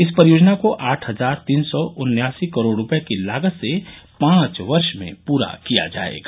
इस परियोजना को आठ हजार तीन सौ उन्यासी करोड़ रुपये की लागत से पांच वर्ष में पूरा किया जाएगा